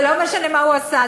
זה לא משנה מה הוא עשה,